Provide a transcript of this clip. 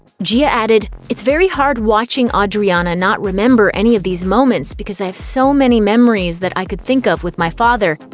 gia added, it's very hard watching audriana not remember any of these moments because i have so many memories that i could think of with my father,